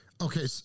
Okay